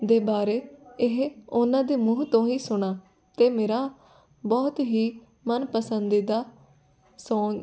ਦੇ ਬਾਰੇ ਇਹ ਉਹਨਾਂ ਦੇ ਮੂੰਹ ਤੋਂ ਹੀ ਸੁਣਾ ਅਤੇ ਮੇਰਾ ਬਹੁਤ ਹੀ ਮਨ ਪਸੰਦੀਦਾ ਸੌਂਗ